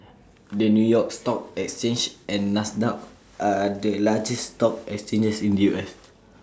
the new york stock exchange and Nasdaq are the largest stock exchanges in the U S